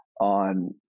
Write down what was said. on